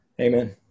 Amen